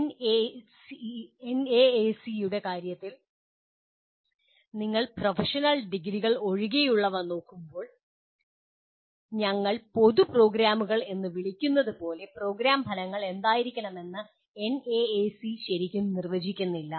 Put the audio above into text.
എൻഎഎസിയുടെ കാര്യത്തിൽ നിങ്ങൾ പ്രൊഫഷണൽ ഡിഗ്രികൾ ഒഴികെയുള്ളവ നോക്കുമ്പോൾ ഞങ്ങൾ പൊതു പ്രോഗ്രാമുകൾ എന്ന് വിളിക്കുന്നത് പോലെ പ്രോഗ്രാം ഫലങ്ങൾ എന്തായിരിക്കണമെന്ന് എൻഎഎസി ശരിക്കും നിർവചിക്കുന്നില്ല